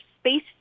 space